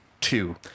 two